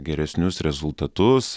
geresnius rezultatus